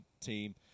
team